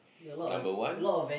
number one